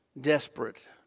desperate